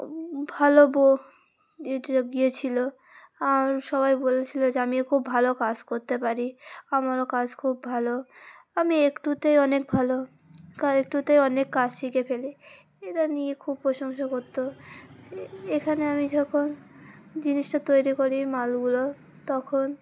ভালো বউ গিয়েছিলো আর সবাই বলেছিলো যে আমিও খুব ভালো কাজ করতে পারি আমারও কাজ খুব ভালো আমি একটুতেই অনেক ভালো একটুতেই অনেক কাজ শিখে ফেলি এরা নিয়ে খুব প্রশংসা করতো এখানে আমি যখন জিনিসটা তৈরি করি মালগুলো তখন